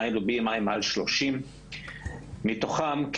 דהיינו BMI מעל 30. מתוכם,